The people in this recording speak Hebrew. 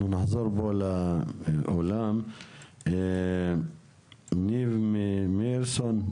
ניבמ אירסון,